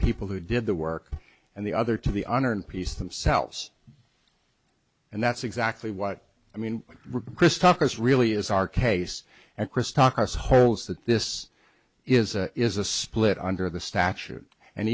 people who did the work and the other to the honor and peace themselves and that's exactly what i mean christakis really is our case and christakis holds that this is a is a split under the statute and